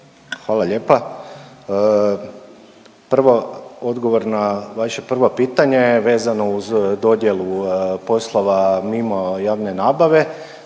Hvala lijepa. Prvo, odgovor na vaše prvo pitanje vezano uz dodjelu poslova mimo javne nabave,